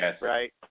right